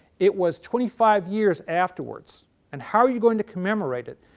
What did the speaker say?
it was twenty five years afterwards and how are you going to commemorate it?